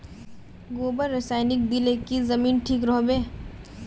गोबर रासायनिक दिले की जमीन ठिक रोहबे?